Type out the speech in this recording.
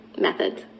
methods